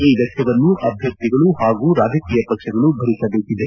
ಈ ವೆಚ್ಲವನ್ನು ಅಭ್ಲರ್ಥಿಗಳು ಹಾಗೂ ರಾಜಕೀಯ ಪಕ್ಷಗಳು ಭರಿಸಬೇಕಿದೆ